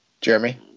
Jeremy